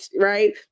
right